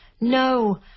No